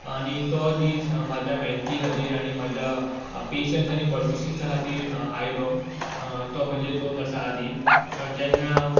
आनी तो दीस म्हाज्या मेहनती खातीर आनी म्हाज्या पेशंस आनी परसिसां खातीर आयलो तो म्हणजे दोन वर्सां आदीं जेन्ना